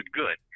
good